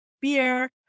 beer